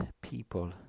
people